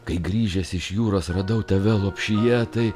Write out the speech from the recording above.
kai grįžęs iš jūros radau tave lopšyje tai